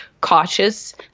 cautious